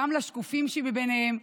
גם לשקופים שביניהם.